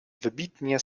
wybitnie